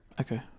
Okay